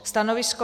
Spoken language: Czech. Stanovisko?